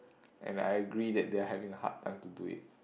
and I agree that they're having a hard time to do it